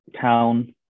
town